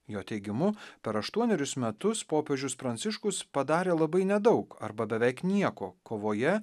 jo teigimu per aštuonerius metus popiežius pranciškus padarė labai nedaug arba beveik nieko kovoje